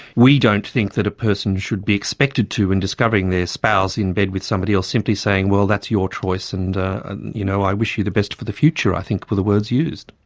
we don't think that a person should be expected to, in discovering their spouse in bed with somebody else, simply saying, well, that's your choice and you know, i wish you the best for the future', i think were the words used.